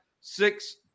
six